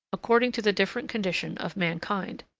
according to the different condition of mankind.